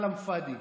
כלאם פאדי.